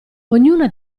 ognuna